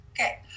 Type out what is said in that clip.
okay